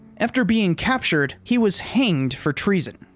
after being captured, he was hanged for treason.